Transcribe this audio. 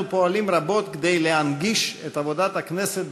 אנחנו פועלים רבות להנגיש את עבודת הכנסת